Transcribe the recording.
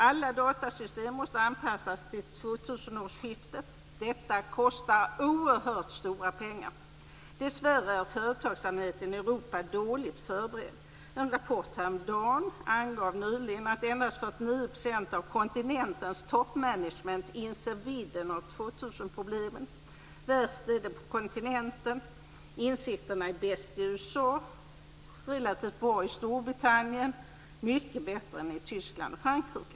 Alla datasystem måste anpassas till 2000 årsskiftet. Detta kostar oerhört mycket pengar. Dessvärre är företagsamheten i Europa dåligt förberedd. I en rapport häromdagen angavs att endast 49 % av kontinentens toppmanagement inser vidden av 2000 problemen. Värst är det på kontinenten. Insikterna är bäst i USA och relativt bra i Storbritannien, och mycket bättre än i Tyskland och Frankrike.